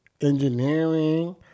engineering